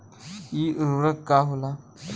इ उर्वरक का होला?